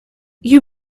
you